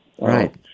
right